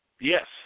Yes